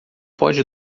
pode